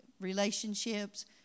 relationships